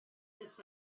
this